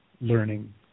learning